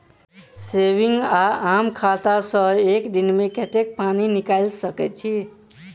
Saving वा आम खाता सँ एक दिनमे कतेक पानि निकाइल सकैत छी?